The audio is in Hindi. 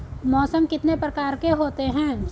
मौसम कितने प्रकार के होते हैं?